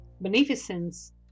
beneficence